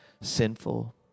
sinful